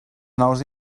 nous